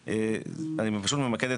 אני פשוט ממקד.